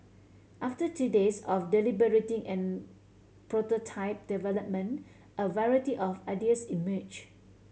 after two days of deliberating and prototype development a variety of ideas emerge